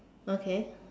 okay